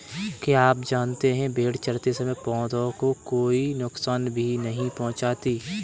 क्या आप जानते है भेड़ चरते समय पौधों को कोई नुकसान भी नहीं पहुँचाती